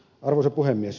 arvoisa puhemies